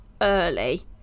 early